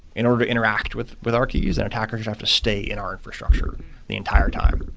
in order to interact with with our keys, an attacker should have to stay in our infrastructure the entire time.